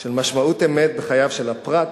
של משמעות אמת בחייו של הפרט,